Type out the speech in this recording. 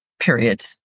Period